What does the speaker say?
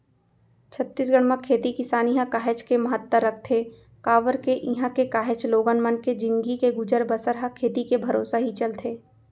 छत्तीसगढ़ म खेती किसानी ह काहेच के महत्ता रखथे काबर के इहां के काहेच लोगन मन के जिनगी के गुजर बसर ह खेती के भरोसा ही चलथे